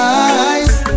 eyes